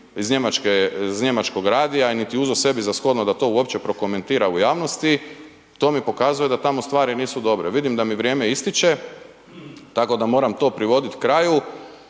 i ovu gospođu iz njemačkog radija niti uzeo sebi sa shodno da to uopće prokomentira u javnosti to mi pokazuje da tamo stvari nisu dobre. Vidim da mi vrijeme ističe, tako da moram to privoditi kraju.